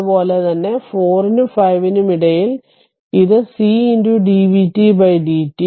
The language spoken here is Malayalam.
അതുപോലെ തന്നെ 4 നും 5 നും ഇടയിൽ അത് c dvtdt